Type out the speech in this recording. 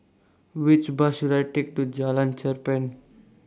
Which Bus should I Take to Jalan Cherpen